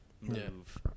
move